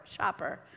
shopper